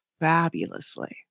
fabulously